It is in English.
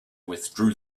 withdrew